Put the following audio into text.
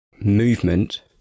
movement